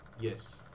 Yes